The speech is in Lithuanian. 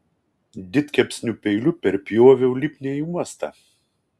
didkepsnių peiliu perpjoviau lipnią juostą